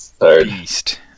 Beast